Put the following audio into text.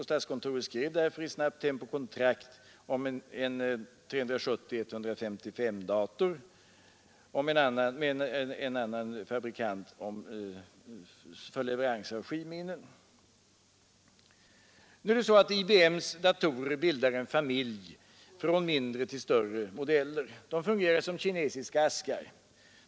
Statskontoret skrev därför i snabbt tempo kontrakt med IBM om en IBM 370/155 och med en annan leverantör om skivminnen. IBM:s datorer bildar en familj från mindre till större modeller. De fungerar som kinesiska askar.